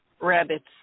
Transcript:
rabbits